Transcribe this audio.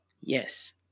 Yes